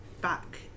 back